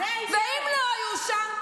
ואם לא היו שם?